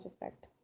effect